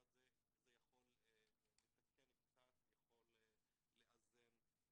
זה יכול לתקן קצת ויכול קצת לאזן.